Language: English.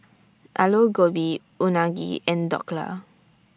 Alu Gobi Unagi and Dhokla